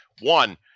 One